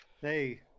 Hey